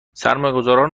سرمایهگذاران